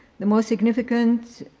the most significant